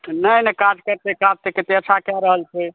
नहि नहि काज करतय काज तऽ कतय अच्छा कए रहल छै